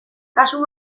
kasu